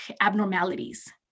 abnormalities